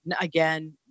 Again